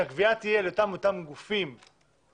שהגבייה תהיה על ידי אותם גופים ציבוריים,